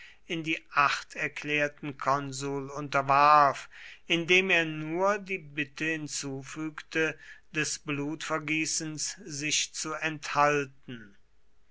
in die acht erklärten konsul unterwarf indem er nur die bitte hinzufügte des blutvergießens sich zu enthalten